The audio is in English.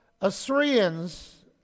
Assyrians